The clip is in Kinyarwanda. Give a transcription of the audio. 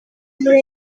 muri